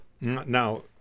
Now